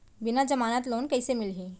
बिना जमानत लोन कइसे मिलही?